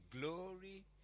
glory